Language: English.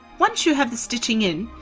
once you have the stitching in,